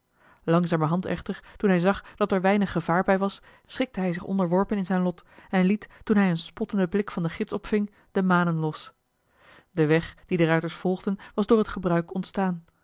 langzamerhand echter toen hij zag dat er weinig gevaar bij was schikte hij zich onderworpen in zijn lot en liet toen hij een spottenden blik van den gids opving de manen los de weg dien de ruiters volgden was door het gebruik ontstaan